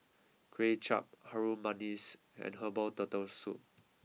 Kway Chap Harum Manis and Herbal Turtle Soup